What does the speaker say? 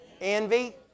Envy